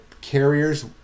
carriers